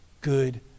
good